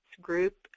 Group